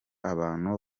abantu